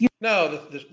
No